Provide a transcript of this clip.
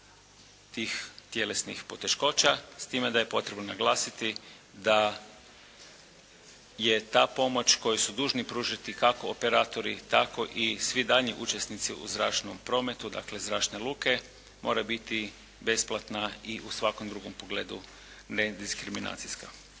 tih tjelesnih poteškoća. S time da je potrebno naglasiti da je ta pomoć koju su dužni pružiti, kako operatori, tako i svi daljnji učesnici u zračnom prometu, dakle zračne luke mora biti besplatna i u svakom drugom pogledu nediskriminacijska.